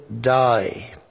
die